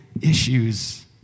issues